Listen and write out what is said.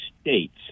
states